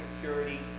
security